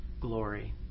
Glory